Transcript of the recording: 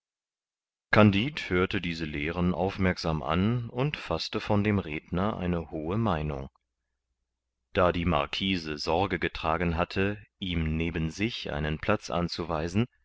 kandid hörte diese lehren aufmerksam an und faßte von dem redner eine hohe meinung da die marquise sorge getragen hatte ihm neben sich seinen platz anzuweisen